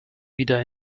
wieder